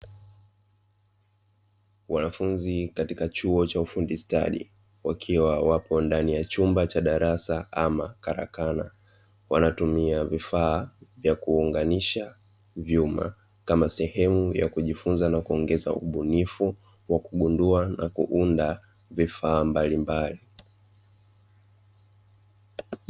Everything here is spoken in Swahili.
Wanafunzi katika chuo cha ufundi stadi wakiwa wapo ndani ya chumba cha darasa ama karakana, wanatumia vifaa vya kuunganisha vyuma kama sehemu ya kujifunza na kuongeza ubunifu wa kugundua na kuunda vifaa mbalimbali.